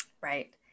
Right